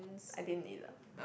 I didn't eat lah